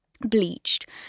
bleached